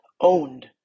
owned